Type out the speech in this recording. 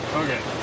okay